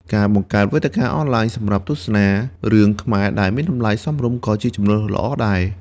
ការបង្កើតវេទិកាអនឡាញសម្រាប់ទស្សនារឿងខ្មែរដែលមានតម្លៃសមរម្យក៏ជាជម្រើសល្អដែរ។